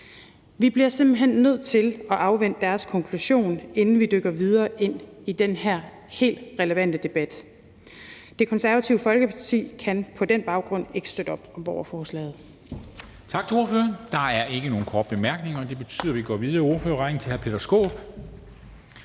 Vi bliver simpelt hen nødt til at afvente deres konklusion, inden vi dykker videre ned i den her helt relevante debat. Det Konservative Folkeparti kan på den baggrund ikke støtte op om borgerforslaget.